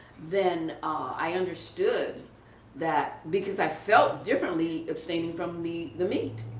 then i understood that because i felt differently abstaining from the the meat,